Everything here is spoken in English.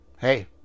Hey